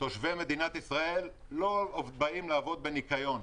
תושבי מדינת ישראל לא באים לעבוד בניקיון.